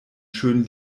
schönen